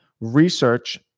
research